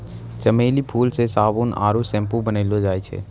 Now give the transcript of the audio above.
चमेली फूल से साबुन आरु सैम्पू बनैलो जाय छै